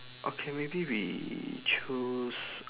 okay maybe we chose